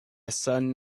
sudden